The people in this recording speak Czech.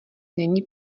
není